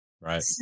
Right